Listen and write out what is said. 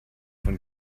von